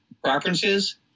preferences